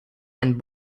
and